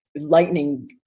lightning